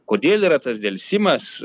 kodėl yra tas delsimas